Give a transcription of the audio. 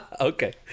Okay